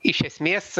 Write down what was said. iš esmės